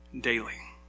daily